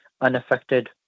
unaffected